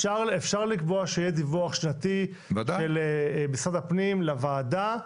אפשר לקבוע שיהיה דיווח שנתי של משרד הפנים לוועדה.